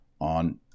on